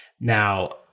Now